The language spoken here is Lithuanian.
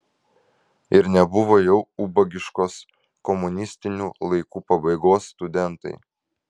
ir nebuvo jau ubagiškos komunistinių laikų pabaigos studentai